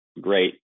great